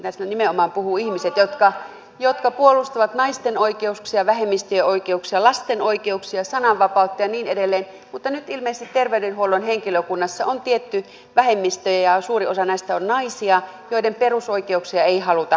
näistä nimenomaan puhuvat ihmiset jotka puolustavat naisten oikeuksia vähemmistöjen oikeuksia lasten oikeuksia sananvapautta ja niin edelleen mutta nyt ilmeisesti terveydenhuollon henkilökunnassa on tietty vähemmistö ja suurin osa näistä on naisia joiden perusoikeuksia ei haluta kunnioittaa